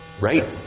right